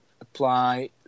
apply